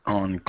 on